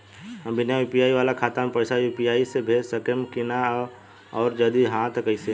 हम बिना यू.पी.आई वाला खाता मे पैसा यू.पी.आई से भेज सकेम की ना और जदि हाँ त कईसे?